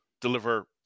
deliver